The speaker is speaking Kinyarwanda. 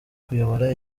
kuyobora